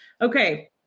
Okay